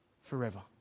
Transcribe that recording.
forever